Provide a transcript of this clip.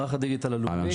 מערך הדיגיטל הלאומי,